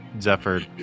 Zephyr